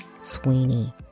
Sweeney